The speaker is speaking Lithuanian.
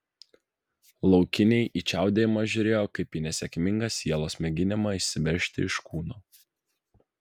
laukiniai į čiaudėjimą žiūrėjo kaip į nesėkmingą sielos mėginimą išsiveržti iš kūno